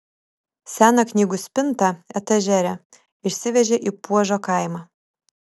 seną knygų spintą etažerę išsivežė į puožo kaimą